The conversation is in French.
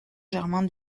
germain